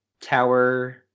tower